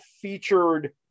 featured